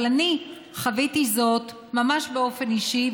אבל אני חוויתי זאת ממש באופן אישי,